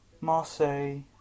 Marseille